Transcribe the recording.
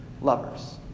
lovers